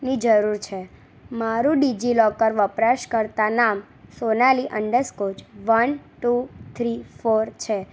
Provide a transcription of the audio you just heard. ની જરુર છે મારું ડિજિલોકર વપરાશકર્તા નામ Sonali underscore one two three four છે